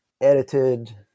edited